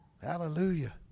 Hallelujah